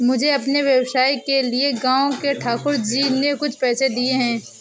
मुझे अपने व्यवसाय के लिए गांव के ठाकुर जी ने कुछ पैसे दिए हैं